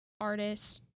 artist